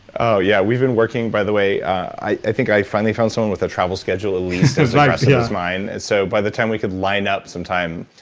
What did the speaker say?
oh yeah, we've been working, by the way. i think i finally found someone with a travel schedule at least as aggressive as mine. so, by the time we could line up some time.